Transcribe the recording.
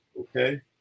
Okay